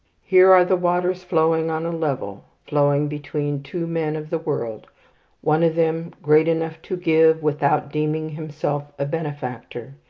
here are the waters flowing on a level, flowing between two men of the world one of them great enough to give, without deeming himself a benefactor,